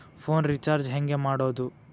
Phone recharge ಹೆಂಗೆ ಮಾಡೋದು?